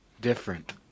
Different